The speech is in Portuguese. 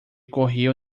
correio